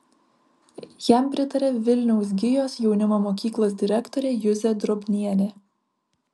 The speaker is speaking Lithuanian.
jam pritaria vilniaus gijos jaunimo mokyklos direktorė juzė drobnienė